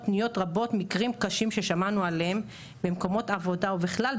מגיעות פניות רבות ומקרים קשים ששמענו עליהם במקומות עבודה ובכלל,